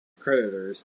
creditors